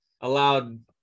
allowed